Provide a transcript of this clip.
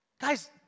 Guys